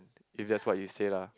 if that's what you say lah